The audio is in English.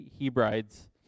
Hebrides